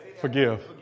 Forgive